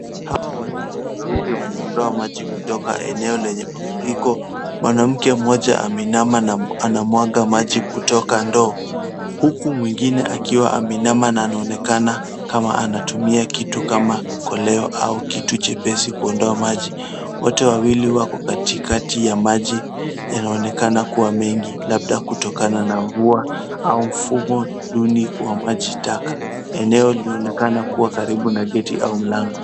Hawa wanawake wawili wanaondoa maji kutoka eneo lenye mafuriko. Mwanamke mmoja ameinama na anamwaga maji kutoka ndoo huku mwingine akiwa ameinama na anaonekana kama anatumia kitu kama koleo au kitu chepesi kuondoa maji. Wote wawili wako katikati ya maji. Yanaonekana kuwa mengi labda kutokana na mvua au mfumo duni wa maji taka. Eneo linaonekana kuwa karibu na geti au mlango.